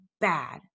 bad